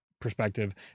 perspective